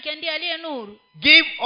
Give